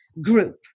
group